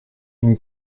une